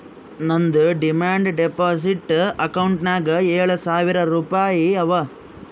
ನಂದ್ demand deposit ಅಕೌಂಟ್ನಾಗ್ ಏಳ್ ಸಾವಿರ್ ರುಪಾಯಿ ಅವಾ